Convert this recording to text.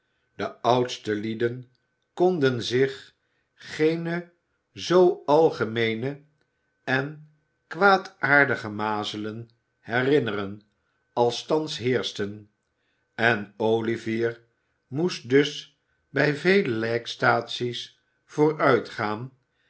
de oudste lieden konden zich geene zoo algemeene en kwaadaardige mazelen herinneren als thans heerschten en olivier moest dus bij vele lijkstaatsies